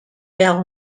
bell